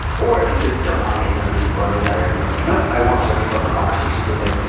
or if you just don't want to get to know these people any better and you're like nope i want surface level conversations with him.